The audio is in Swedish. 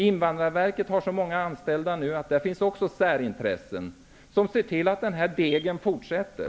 Invandrarverket har nu så många anställda att det också utgör ett särintresse. Dessa särintressen ser till att den här smeten fortsätter.